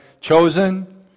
chosen